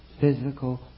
physical